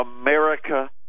America